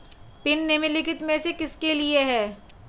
Pin निम्नलिखित में से किसके लिए है?